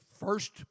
first